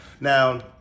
Now